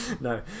No